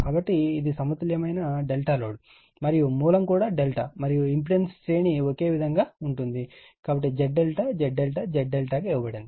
కాబట్టి ఇది సమతుల్యమైన ∆ లోడ్ మరియు మూలం కూడా ∆ మరియు ఇంపెడెన్స్ శ్రేణి ఒకే విధంగా ఉంటుంది కాబట్టి Z∆ Z∆ Z∆ గా ఇవ్వబడింది